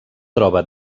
troba